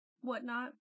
whatnot